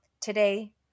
today